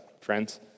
friends